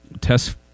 test